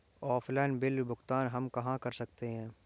Offline bill भुगतान हम कहां कर सकते हैं?